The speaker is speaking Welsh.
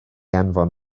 anfon